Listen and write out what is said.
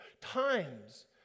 Times